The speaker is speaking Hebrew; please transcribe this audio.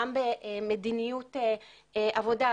גם במדיניות עבודה,